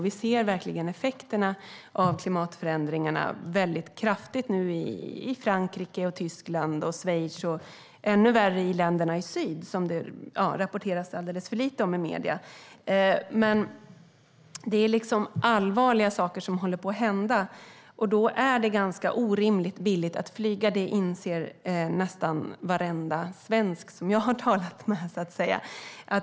Vi ser nu verkligen tydligt effekterna av klimatförändringarna i Frankrike, Tyskland och Schweiz, och det är ännu värre i länderna i syd som det rapporteras alldeles för lite om i medierna. Det är allvarliga saker som håller på att hända, och då är det orimligt billigt att flyga. Det inser nästan varenda svensk som jag har talat med.